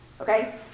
okay